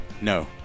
No